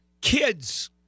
kids